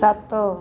ସାତ